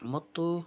ಮತ್ತು